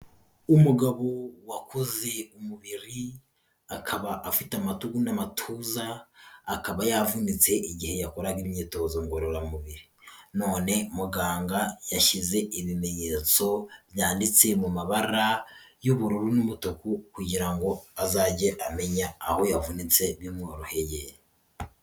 Umugabo wakoze umubiri, akaba afite amatugu n'amatuza akaba yavunitse igihe yakoraga imyitozo ngororamubiri. None muganga yashyize ibimenyetso byanditse mu mabara y'ubururu n'umutuku kugira ngo azajye amenya aho yavunitse bimworoheye.